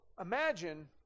imagine